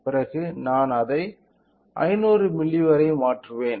பிறகு நான் அதை 500 மில்லி வரை மாற்றுவேன்